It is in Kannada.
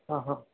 ಹಾಂ ಹಾಂ